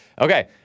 Okay